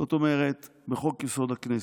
זאת אומרת, בחוק-יסוד: הכנסת,